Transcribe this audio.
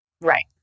Right